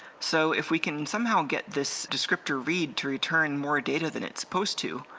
so if we can somehow get this descriptor read to return more data than its supposed to,